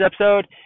episode